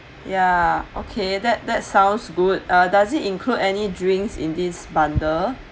ya okay that that sounds good uh does it include any drinks in this bundle